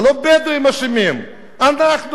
ולא הבדואים אשמים, אנחנו אשמים,